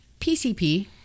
PCP